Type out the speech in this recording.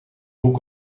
boek